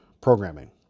programming